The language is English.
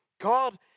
God